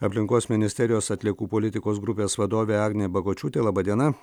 aplinkos ministerijos atliekų politikos grupės vadovė agnė bagočiūtė laba diena